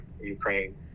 Ukraine